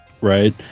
right